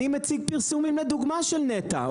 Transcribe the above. אני מציג פרסומים לדוגמה של נת"ע.